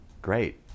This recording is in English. Great